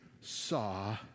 saw